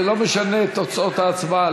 ולא משנה את תוצאות ההצבעה.